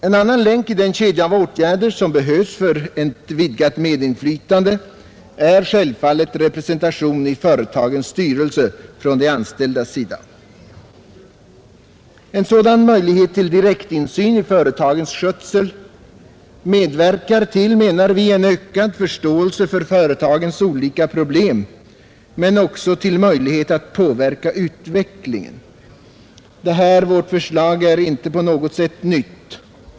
En annan länk i den kedja av åtgärder som behövs för ett vidgat medinflytande är representation i företagens styrelser från de anställdas sida. En sådan möjlighet till direktinsyn i företagen medverkar, menar vi, till en ökad förståelse för företagens olika problem men också till förutsättningar att påverka utvecklingen. Detta vårt förslag är ingalunda nytt.